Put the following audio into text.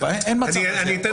אין מצב כזה.